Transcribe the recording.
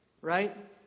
Right